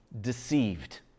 deceived